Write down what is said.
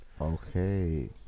Okay